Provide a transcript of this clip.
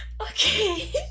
okay